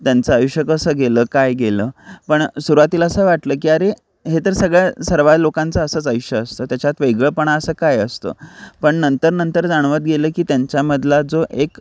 त्यांचं आयुष्य कसं गेलं काय गेलं पण सुरुवातीला असं वाटलं की अरे हे तर सगळ्या सर्व लोकांचं असंच आयुष्य असतं त्याच्यात वेगळेपणा असा काय असतो पण नंतर नंतर जाणवत गेलं की त्यांच्यामधला जो एक